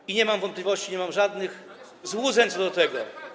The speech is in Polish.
I nie mam wątpliwości, nie mam żadnych złudzeń co do tego.